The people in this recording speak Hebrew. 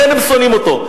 לכן הם שונאים אותו.